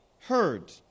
heard